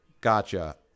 Gotcha